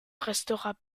restera